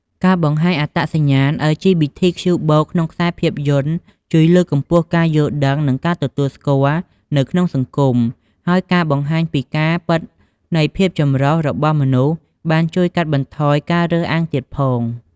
ការបង្ហាញអត្តសញ្ញាណ អិល ជី ប៊ី ធី ខ្ជូ បូក (LGBTQ+) ក្នុងខ្សែភាពយន្តជួយលើកកម្ពស់ការយល់ដឹង និងការទទួលស្គាល់នៅក្នុងសង្គម ហើយការបង្ហាញពីការពិតនៃភាពចម្រុះរបស់មនុស្សបានជួយកាត់បន្ថយការរើសអើងទៀតផង។